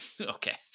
Okay